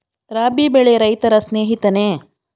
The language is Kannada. ರಾಬಿ ಬೆಳೆ ರೈತರ ಸ್ನೇಹಿತನೇ?